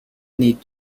need